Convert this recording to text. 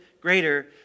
greater